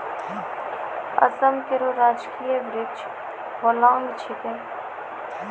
असम केरो राजकीय वृक्ष होलांग छिकै